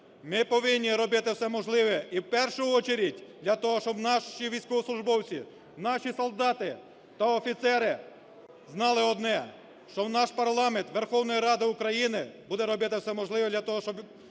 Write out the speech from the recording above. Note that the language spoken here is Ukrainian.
Ми повинні робити все можливе, і в першу очередь для того, щоб наші військовослужбовці, наші солдати та офіцери знали одне: що наш парламент Верховної Ради України буде робити все можливе для того, щоб